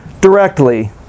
directly